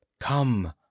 Come